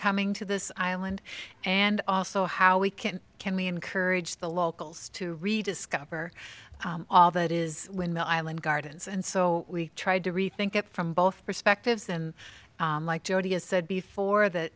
coming to this island and also how we can can we encourage the locals to rediscover all that is when the island gardens and so we tried to rethink it from both perspectives and like jodi has said before that